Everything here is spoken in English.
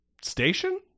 station